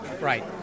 Right